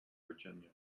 virginia